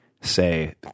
say